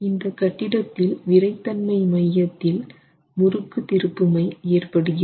இந்த கட்டிடத்தில் விறைத்தன்மை மையத்தில் முறுக்கு திருப்புமை ஏற்படுகிறது